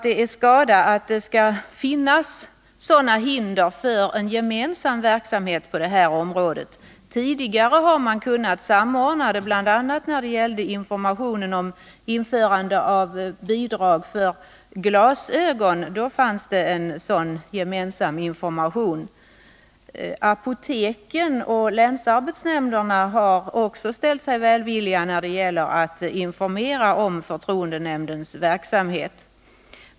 Det är skada att det skall finnas sådana hinder för en gemensam verksamhet på detta område. Tidigare har man kunnat samordna informationsarbetet. Bl. a. vid införandet av bidrag för glasögon ägde en sådan gemensam information rum. Apoteken och länsarbetsnämnderna har också ställt sig välvilliga när det gäller att informera om förtroendenämndens verksamhet.